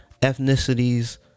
ethnicities